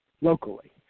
locally